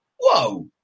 whoa